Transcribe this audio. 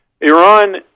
Iran